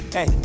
Hey